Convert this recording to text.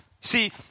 See